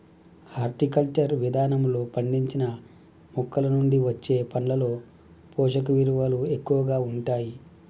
horticulture విధానంలో పండించిన మొక్కలనుండి వచ్చే పండ్లలో పోషకవిలువలు ఎక్కువగా ఉంటాయి